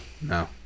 No